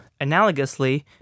Analogously